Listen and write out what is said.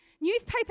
newspaper